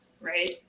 right